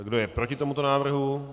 Kdo je proti tomuto návrhu?